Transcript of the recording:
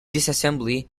disassembly